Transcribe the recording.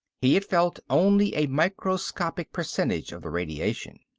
he had felt only a microscopic percentage of the radiation.